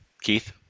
Keith